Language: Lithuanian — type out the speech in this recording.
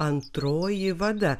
antroji vada